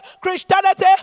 christianity